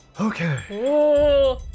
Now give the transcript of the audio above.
Okay